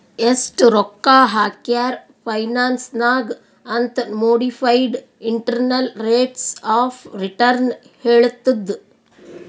ಎಸ್ಟ್ ರೊಕ್ಕಾ ಹಾಕ್ಯಾರ್ ಫೈನಾನ್ಸ್ ನಾಗ್ ಅಂತ್ modified internal rates of return ಹೇಳತ್ತುದ್